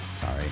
Sorry